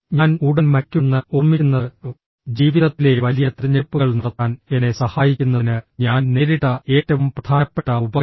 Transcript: ഞാൻ ഉടൻ മരിക്കുമെന്ന് ഓർമ്മിക്കുന്നത് ജീവിതത്തിലെ വലിയ തിരഞ്ഞെടുപ്പുകൾ നടത്താൻ എന്നെ സഹായിക്കുന്നതിന് ഞാൻ നേരിട്ട ഏറ്റവും പ്രധാനപ്പെട്ട ഉപകരണം